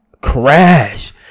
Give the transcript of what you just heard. Crash